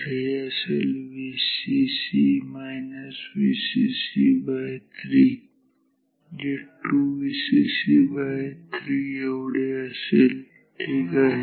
तर हे असेल Vcc Vcc3 जे 2Vcc3 एवढे असेल ठीक आहे